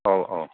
ꯑꯧ ꯑꯧ